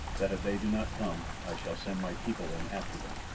that if they do not come i shall send my people in after them.